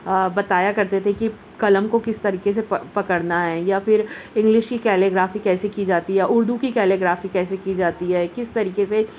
بتایا کرتے تھے کہ قلم کو کس طریقے سے پک پکڑنا ہے یا پھر انگلش کی کیلی گرافی کیسے کی جاتی ہے اردو کی کیلی گرافی کیسے کی جاتی ہے کس طریقے سے